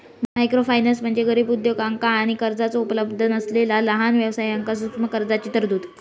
microfinance म्हणजे गरीब उद्योजकांका आणि कर्जाचो उपलब्धता नसलेला लहान व्यवसायांक सूक्ष्म कर्जाची तरतूद